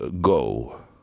go